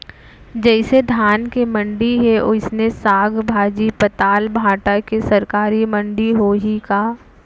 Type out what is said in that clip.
जइसे धान के मंडी हे, वइसने साग, भाजी, पताल, भाटा के सरकारी मंडी होही का?